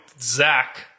Zach